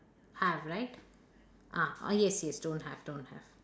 ah right ah yes yes don't have don't have